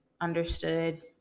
understood